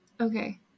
Okay